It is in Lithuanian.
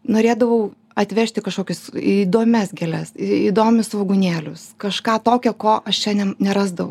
norėdavau atvežti kažkokias įdomias gėles įdomius svogūnėlius kažką tokio ko aš čia nerasdavau